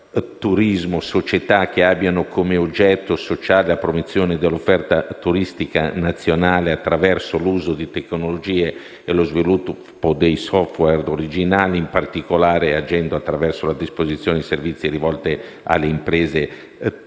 anche le «società che abbiano come oggetto sociale la promozione dell'offerta turistica nazionale attraverso l'uso di tecnologie e lo sviluppo di *software* originali, in particolare, agendo attraverso la predisposizione di servizi rivolti alle imprese turistiche».